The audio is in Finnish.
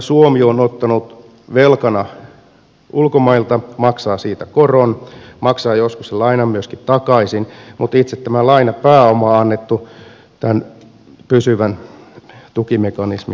suomi on ottanut sen velkana ulkomailta maksaa siitä koron maksaa joskus sen lainan myöskin takaisin mutta itse tämä lainapääoma on annettu tämän pysyvän tukimekanismin pääomaksi